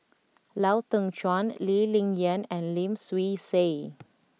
Lau Teng Chuan Lee Ling Yen and Lim Swee Say